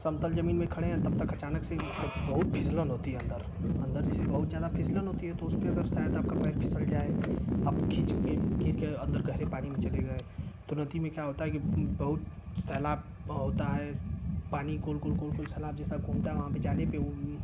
समतल ज़मीन में खड़े हैं तब तक अचानक से बहुत फिसलन होती है अन्दर अन्दर जैसे बहुत ज़्यादा फिसलन होती है तो उसपर अगर शायद आपका पैर फिसल जाए आप खिँचकर गिर गए अन्दर गहरे पानी में चले गए तो नदी में क्या होता है कि बहुत सैलाब होता है पानी गोल गोल गोल गोल सैलाब जैसा घूमता है वहाँ पर जाने पर